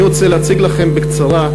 אני רוצה להציג לכם בקצרה,